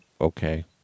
okay